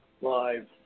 live